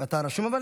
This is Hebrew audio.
אתה רשום?